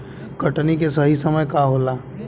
कटनी के सही समय का होला?